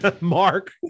Mark